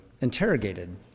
interrogated